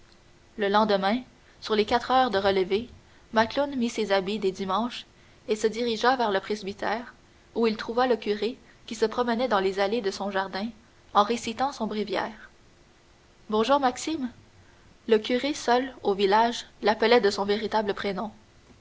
le lendemain sur les quatre heures de relevée macloune mit ses habits des dimanches et se dirigea vers le presbytère où il trouva le curé qui se promenait dans les allées de son jardin en récitant son bréviaire bonjour maxime le curé seul au village l'appelait de son véritable prénom